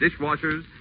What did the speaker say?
dishwashers